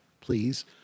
Please